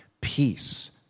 Peace